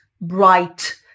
bright